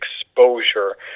exposure